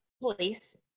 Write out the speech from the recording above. police